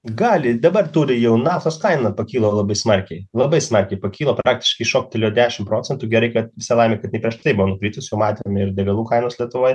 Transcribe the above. gali dabar turi jau naftos kaina pakilo labai smarkiai labai smarkiai pakilo praktiškai šoktelėjo dešim procentų gerai kad visa laimė kad jinai prieš tai buvo nukritus jau matėme ir degalų kainos lietuvoj